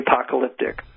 apocalyptic